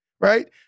Right